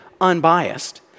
unbiased